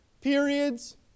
periods